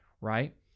right